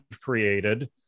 created